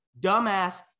dumbass